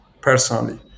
personally